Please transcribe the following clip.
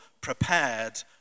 prepared